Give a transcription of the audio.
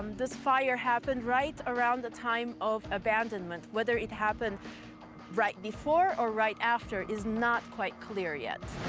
this fire happened right around the time of abandonment. whether it happened right before or right after is not quite clear yet.